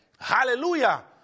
Hallelujah